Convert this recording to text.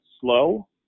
slow